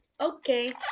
Okay